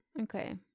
Okay